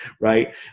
right